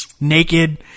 naked